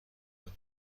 اند